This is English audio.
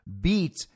beat